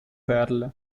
perle